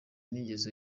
n’ingeso